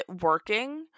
working